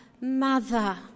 mother